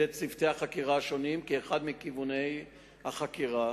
צוותי החקירה השונים כאחד מכיווני החקירה